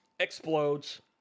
explodes